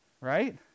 Right